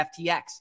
FTX